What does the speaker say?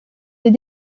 des